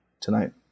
tonight